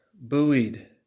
buoyed